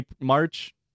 March